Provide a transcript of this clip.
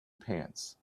pants